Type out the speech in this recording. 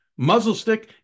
Muzzlestick